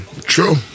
True